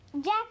Jack